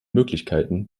möglichkeiten